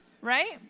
Right